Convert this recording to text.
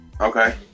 okay